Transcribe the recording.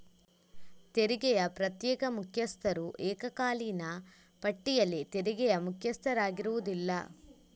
ತೆರಿಗೆಯ ಪ್ರತ್ಯೇಕ ಮುಖ್ಯಸ್ಥರು ಏಕಕಾಲೀನ ಪಟ್ಟಿಯಲ್ಲಿ ತೆರಿಗೆಯ ಮುಖ್ಯಸ್ಥರಾಗಿರುವುದಿಲ್ಲ